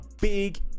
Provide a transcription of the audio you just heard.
big